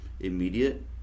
immediate